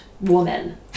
woman